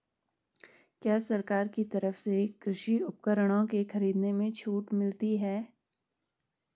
क्या सरकार की तरफ से कृषि उपकरणों के खरीदने में छूट मिलती है?